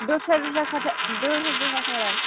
दस्रा दस्रा दस्रा दस्रा कालार